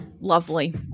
lovely